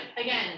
again